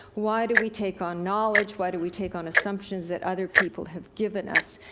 why do we take on knowledge, why do we take on assumptions that other people have given us?